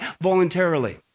voluntarily